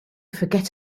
forget